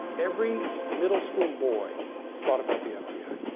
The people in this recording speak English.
every middle school boy thought about the fbi.